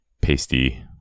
pasty